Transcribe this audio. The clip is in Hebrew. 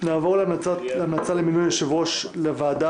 נעבור להמלצה למינוי יושב-ראש לוועדה